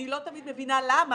אני לא תמיד מבינה למה,